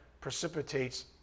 precipitates